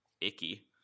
icky